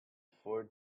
four